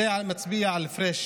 זה הפרש